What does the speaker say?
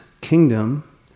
kingdom